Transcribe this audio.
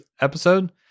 episode